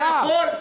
אתה יכול.